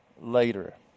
later